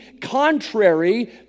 contrary